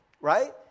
right